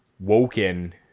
woken